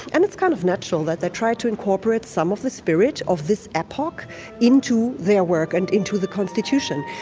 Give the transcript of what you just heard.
and it's kind of natural that they tried to incorporate some of the spirit of this epoch into their work and into the constitution.